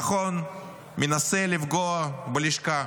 נכון, מנסה לפגוע בלשכה